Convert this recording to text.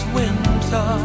winter